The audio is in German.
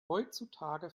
heutzutage